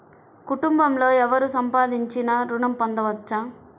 కుటుంబంలో ఎవరు సంపాదించినా ఋణం పొందవచ్చా?